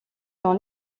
dans